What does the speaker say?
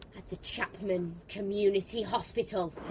at the chapman community hospital!